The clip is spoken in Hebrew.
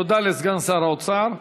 תודה לסגן שר האוצר.